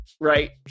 right